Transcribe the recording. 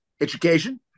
Education